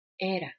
era